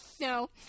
no